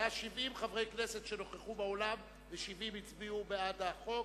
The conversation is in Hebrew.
70 חברי כנסת נכחו באולם, ו-70 הצביעו בעד החוק.